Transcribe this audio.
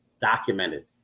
documented